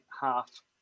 half